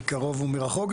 מקרוב ומרחוק,